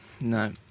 no